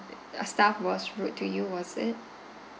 a staff was rude to you was it